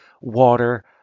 water